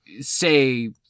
say